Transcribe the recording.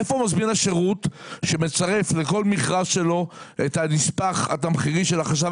איפה מזמין השירות שמצרף לכל מכרז שלו את הנספח התמחירי של החשב